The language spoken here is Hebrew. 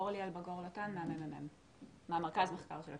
אתה